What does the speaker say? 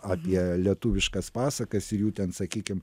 apie lietuviškas pasakas ir jų ten sakykim